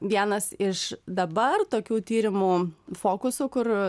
vienas iš dabar tokių tyrimų fokusų kur